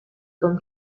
con